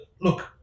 look